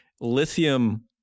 lithium